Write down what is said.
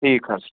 ٹھیٖک حظ چھُ